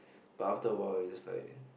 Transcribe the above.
but after a while we just like